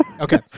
Okay